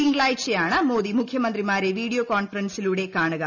തിങ്കളാഴ്ചയാണ് മോദി മുഖ്യമന്ത്രിമാരെ വീഡിയോ കോൺഫറൻസിലൂടെ കാണുക